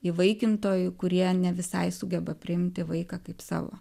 įvaikintojų kurie ne visai sugeba priimti vaiką kaip savo